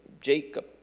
Jacob